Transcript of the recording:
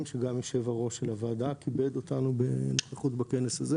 שגם יושב ראש הוועדה כיבד אותנו בנוכחות בו.